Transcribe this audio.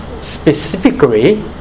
specifically